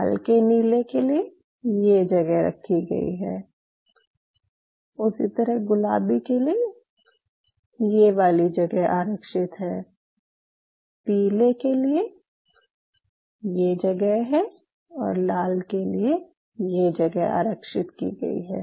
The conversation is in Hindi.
हलके नीले के लिए ये जगह रखी गयी है उसी तरह गुलाबी के लिए ये वाली जगह आरक्षित है पीले के लिए ये जगह है और लाल के लिए ये जगह आरक्षित की गयी है